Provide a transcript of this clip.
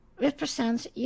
represents